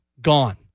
gone